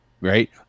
Right